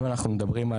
אם אנחנו מדברים,